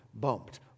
bumped